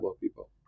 people